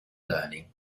learning